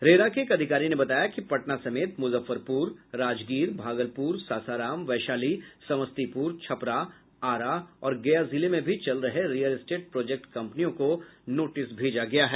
RERA के एक अधिकारी ने बताया कि पटना समेत मुजफ्फरपुर राजगीर भागलपुर सासाराम वैशाली समस्तीपुर छपरा आरा और गया जिले में भी चल रहे रियल स्टेट प्रोजेक्ट कम्पनियों को नोटिस भेजा गया है